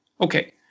Okay